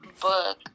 book